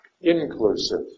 inclusive